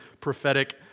prophetic